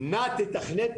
נא תתכנן,